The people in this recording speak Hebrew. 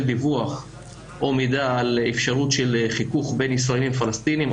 דיווח או מידע על אפשרות של חיכוך בין ישראלים לפלשתינים,